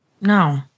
No